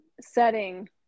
setting